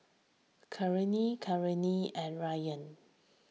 Kartini Kartini and Ryan